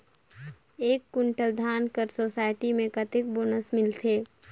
एक कुंटल धान कर सोसायटी मे कतेक बोनस मिलथे?